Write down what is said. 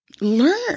learn